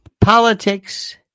Politics